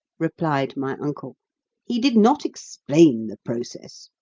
replied my uncle he did not explain the process.